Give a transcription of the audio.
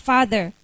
Father